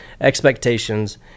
expectations